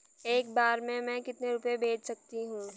एक बार में मैं कितने रुपये भेज सकती हूँ?